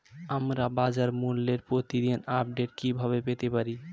আমরা বাজারমূল্যের প্রতিদিন আপডেট কিভাবে পেতে পারি?